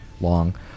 long